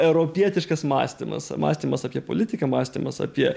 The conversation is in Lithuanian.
europietiškas mąstymas mąstymas apie politiką mąstymas apie